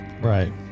Right